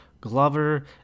Glover